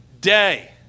day